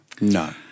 No